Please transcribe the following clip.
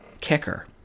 kicker